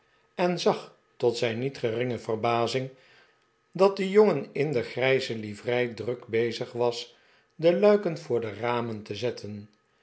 en zag tot zijn niet geringe verbazing dat de jongen in de grijze livrei druk bezig was de luiken voor de ramen te zetten